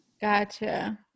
gotcha